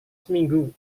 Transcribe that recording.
seminggu